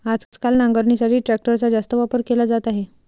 आजकाल नांगरणीसाठी ट्रॅक्टरचा जास्त वापर केला जात आहे